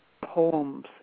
poems